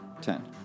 Ten